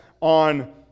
on